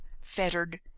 fettered